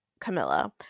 Camilla